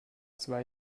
zwei